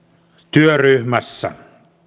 työryhmässä